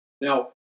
Now